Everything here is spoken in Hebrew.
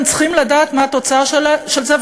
הם צריכים לדעת מה התוצאה של זה,